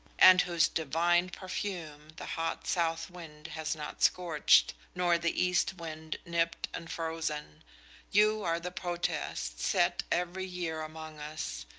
and whose divine perfume the hot south wind has not scorched, nor the east wind nipped and frozen you are the protest, set every year among us,